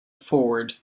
forward